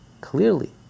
clearly